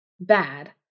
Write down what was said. bad